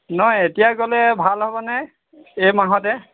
নহয় এতিয়া গ'লে ভাল হ'বনে এই মাহতে